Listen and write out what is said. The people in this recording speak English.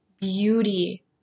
beauty